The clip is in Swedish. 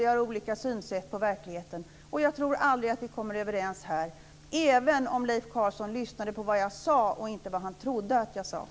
Vi har olika synsätt beträffande verkligheten, och jag tror aldrig att vi kan komma överens här, även om Leif Carlson lyssnade på vad jag sade och inte på vad han trodde att jag sade.